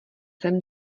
zem